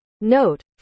Note